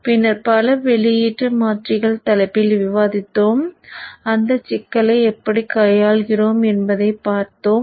பின்னர் பல வெளியீட்டு மாற்றிகள் தலைப்பில் விவாதித்தோம் அந்தச் சிக்கலை எப்படிக் கையாளுகிறோம் என்பதைப் பார்த்தோம்